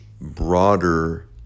broader